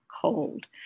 cold